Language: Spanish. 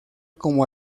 como